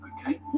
okay